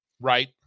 Right